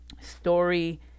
story